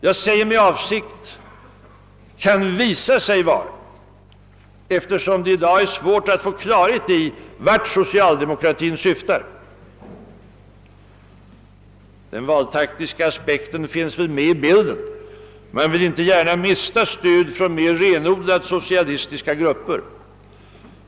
Jag säger med avsikt »kan visa sig vara» eftersom det i dag är svårt att få klarhet i vart socialdemokratin syftar. Den valtaktiska aspekten finns naturligtvis med i bilden — man vill inte gärna mista stöd från mer renodlat socialistiska grupper.